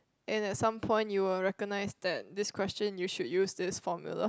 and at some points you will recognise that this question you should use this formula